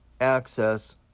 access